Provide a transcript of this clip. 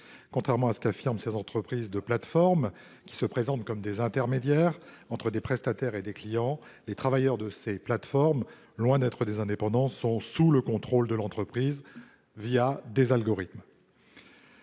Contrairement à ce qu’affirment ces entreprises de plateformes, qui se présentent comme des intermédiaires entre des prestataires et des clients, leurs travailleurs, loin d’être des indépendants, sont sous le contrôle de l’entreprise des algorithmes